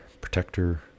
protector